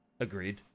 Agreed